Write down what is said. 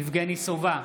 יבגני סובה,